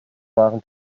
waren